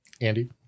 Andy